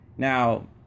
Now